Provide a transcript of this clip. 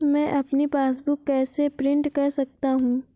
मैं अपनी पासबुक कैसे प्रिंट कर सकता हूँ?